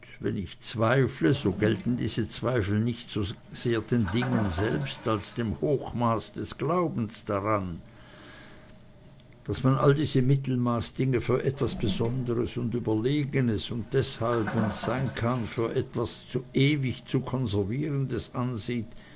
wenn ich zweifle so gelten diese zweifel nicht so sehr den dingen selbst als dem hochmaß des glaubens daran daß man all diese mittelmaßdinge für etwas besonderes und überlegenes und deshalb wenn's sein kann für etwas ewig zu konservierendes ansieht